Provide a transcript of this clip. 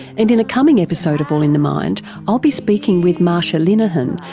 and in a coming episode of all in the mind i'll be speaking with marsha linehan,